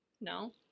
No